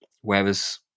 whereas